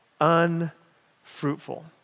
unfruitful